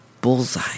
Bullseye